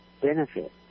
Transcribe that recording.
benefit